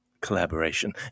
collaboration